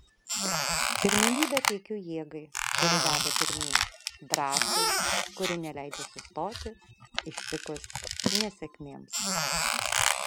pirmenybę teikiu jėgai kuri veda pirmyn drąsai kuri neleidžia sustoti ištikus nesėkmėms